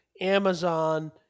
Amazon